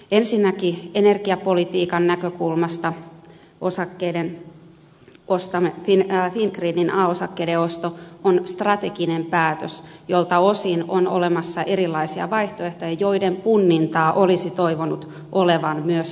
ensinnäkin energiapolitiikan näkökulmasta fingridin a osakkeiden osto on strateginen päätös jolta osin on olemassa erilaisia vaihtoehtoja joiden punnintaa olisi toivonut olevan myös lisätalousarvion sisällä